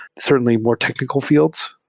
certainly, more technical fields,